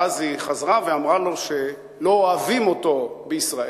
ואז היא חזרה ואמר לו שלא אוהבים אותו בישראל,